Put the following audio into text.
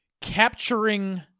capturing